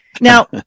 Now